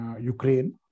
Ukraine